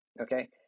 okay